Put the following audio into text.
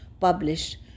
published